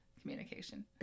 communication